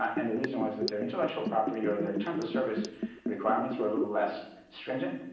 and the reason why is that their intellectual property or their terms of service requirements were a little less stringent.